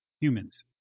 humans